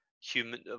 human